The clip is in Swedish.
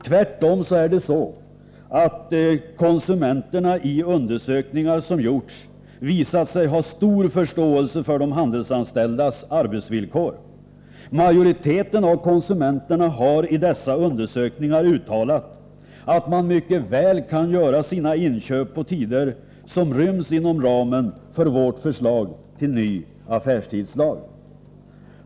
Tvärtom har konsumenterna i undersökningar som gjorts visat sig ha stor förståelse för de handelsanställdas arbetsvillkor. Majoriteten av konsumenterna har i dessa undersökningar uttalat att man mycket väl kan göra sina inköp på tider som ryms inom ramen för vårt förslag till ny affärstidslag.